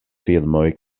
filmoj